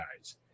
guys